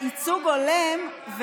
ייצוג הולם,